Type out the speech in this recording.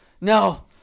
no